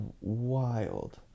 wild